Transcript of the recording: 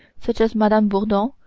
such as madame bourdon,